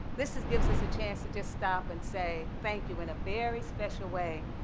this gives us a chance to just stop and say thank you in a very special way.